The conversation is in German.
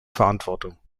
verantwortung